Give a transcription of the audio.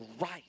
right